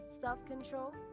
self-control